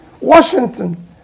Washington